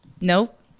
nope